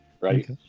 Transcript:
right